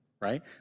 right